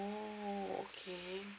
oh okay